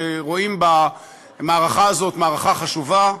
שרואים במערכה הזאת מערכה חשובה.